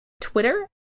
Twitter